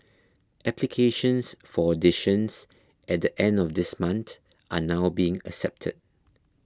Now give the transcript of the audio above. applications for auditions at the end of this month are now being accepted